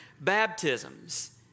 baptisms